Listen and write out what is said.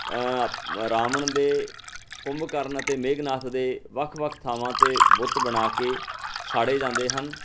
ਰਾਵਣ ਦੇ ਕੁੰਭਕਰਨ ਅਤੇ ਮੇਘਨਾਥ ਦੇ ਵੱਖ ਵੱਖ ਥਾਵਾਂ 'ਤੇ ਬੁੱਤ ਬਣਾ ਕੇ ਸਾੜੇ ਜਾਂਦੇ ਹਨ